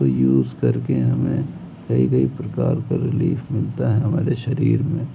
use करके हमें कई कई प्रकार का रिलीफ़ मिलता है हमारे शरीर में